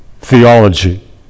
theology